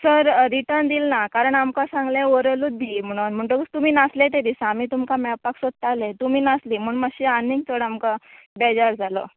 sir written दिल ना कारण आमकां सांगलें ओरलूच दी म्होणोन म्हण्टकूच तुमी नासले ते दिसा आमी तुमकां मेळपाक सोदताले पूण नासली म्हण मात्शी आनीक चड आमकां बेजार जालो